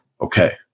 Okay